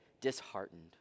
disheartened